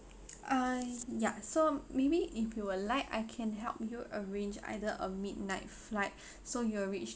ah ya so maybe if you would like I can help you arrange either a midnight flight so you will reach